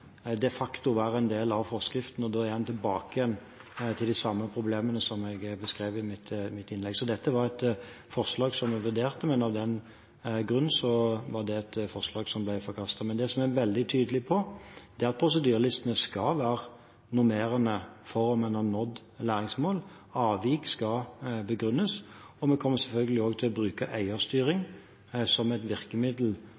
de facto være en del av forskriften, og da er en tilbake igjen til de samme problemene som jeg beskrev i mitt innlegg. Så dette var et forslag vi vurderte, men som av den grunn ble forkastet. Det vi er veldig tydelige på, er at prosedyrelistene skal være normerende for om en har nådd læringsmål, og avvik skal begrunnes. Vi kommer selvfølgelig også til å bruke